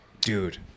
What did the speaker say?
Dude